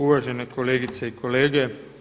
Uvažene kolegice i kolege.